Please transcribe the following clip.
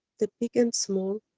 the big and small,